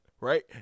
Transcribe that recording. right